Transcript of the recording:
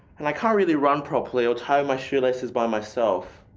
and i can't really run properly or tie my shoelaces by myself.